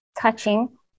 touching